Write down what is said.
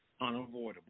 unavoidable